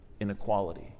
inequality